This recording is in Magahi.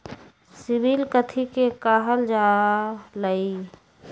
सिबिल कथि के काहल जा लई?